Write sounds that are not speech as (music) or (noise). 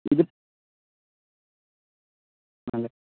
(unintelligible) ആണല്ലെ